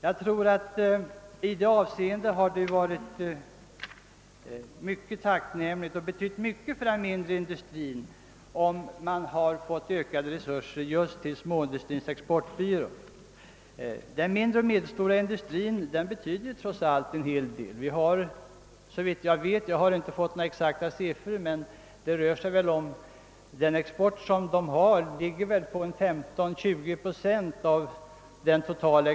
Jag tror att det skulle ha betytt mycket för den mindre industrin, om just Småindustrins exportbyrå fått ökade resurser. Den mindre och medelstora industrin betyder trots allt en hel del. Jag har inte några exakta siffror, men dess export uppgår väl till 15—20 procent av den totala.